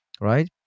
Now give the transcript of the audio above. right